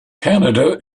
canada